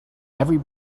every